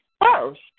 first